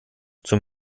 zum